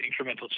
incremental